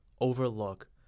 overlook